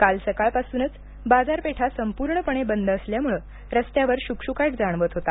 काल सकाळपासूनच बाजारपेठा संपूर्णपणे बंद असल्यामुळे रस्त्यावर शुकशुकाट जाणवत होता